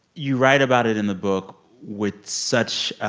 you write about it in the book with such